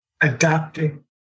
adapting